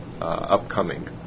upcoming